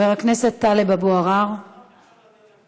נעבור להצעות